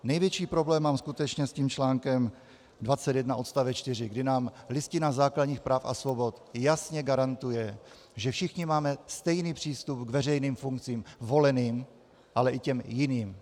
Největší problém mám skutečně s článkem 21 odst. 4, kdy nám Listina základních práv a svobod jasně garantuje, že všichni máme stejný přístup k veřejným funkcím, voleným, ale i jiným.